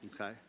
Okay